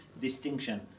distinction